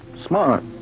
Smart